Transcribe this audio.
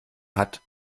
hat